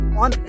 on